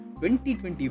2020